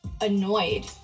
annoyed